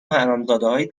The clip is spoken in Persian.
حرامزادههای